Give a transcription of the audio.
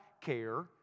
care